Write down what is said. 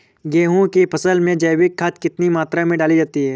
गेहूँ की फसल में जैविक खाद कितनी मात्रा में डाली जाती है?